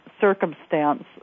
circumstance